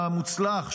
המוצלח,